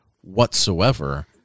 whatsoever